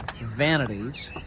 vanities